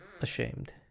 ashamed